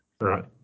Right